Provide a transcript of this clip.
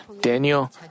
Daniel